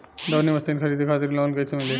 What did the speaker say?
दऊनी मशीन खरीदे खातिर लोन कइसे मिली?